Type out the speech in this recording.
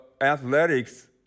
Athletics